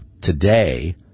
today